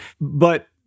But-